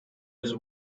his